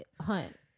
hunt